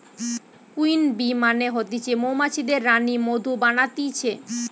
queen bee মানে হতিছে মৌমাছিদের রানী মধু বানাতিছে